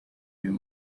uyu